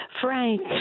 Frank